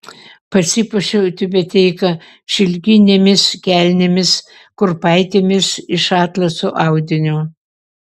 pasipuošiau tiubeteika šilkinėmis kelnėmis kurpaitėmis iš atlaso audinio